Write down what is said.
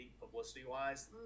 publicity-wise